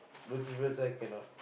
roti-prata cannot